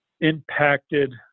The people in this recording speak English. impacted